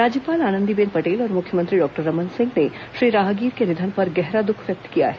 राज्यपाल आनंदीबेन पटेल और मुख्यमंत्री डॉक्टर रमन सिंह ने श्री राहगीर के निधन पर गहरा दुःख व्यक्त किया है